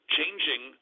Changing